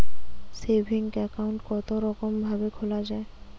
Saving account কতরকম ভাবে খোলা য়ায়?